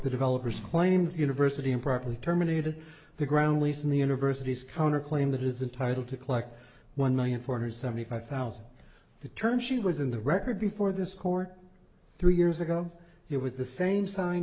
the developers claimed the university improperly terminated the ground lease in the university's counter claim that is entitle to collect one million four hundred seventy five thousand the term she was in the record before this court three years ago there with the same sign